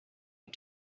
you